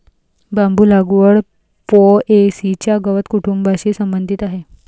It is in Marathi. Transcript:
बांबू लागवड पो.ए.सी च्या गवत कुटुंबाशी संबंधित आहे